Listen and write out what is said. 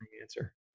answer